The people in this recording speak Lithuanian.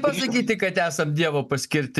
pasakyti kad esat dievo paskirti